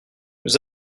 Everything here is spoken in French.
nous